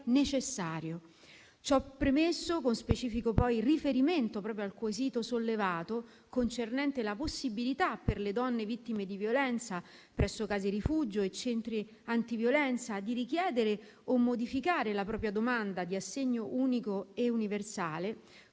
Ciò premesso, con specifico riferimento al quesito sollevato, concernente la possibilità per le donne vittime di violenza presso case rifugio e centri antiviolenza, di richiedere o modificare la propria domanda di assegno unico e universale,